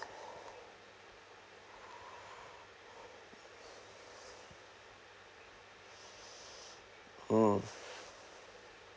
mm